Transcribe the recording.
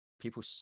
people